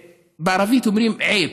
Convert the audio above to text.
בערבית אומרים (אומר בערבית: